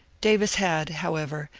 davis had, however,